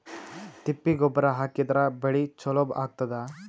ತಿಪ್ಪಿ ಗೊಬ್ಬರ ಹಾಕಿದ್ರ ಬೆಳಿ ಚಲೋ ಆಗತದ?